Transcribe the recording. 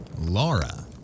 Laura